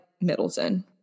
Middleton